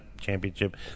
championship